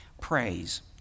Praise